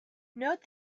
note